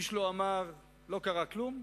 איש לא אמר: לא קרה כלום.